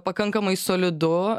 pakankamai solidu